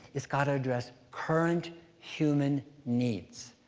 it's gotta address current human needs.